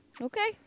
Okay